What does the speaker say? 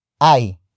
Ay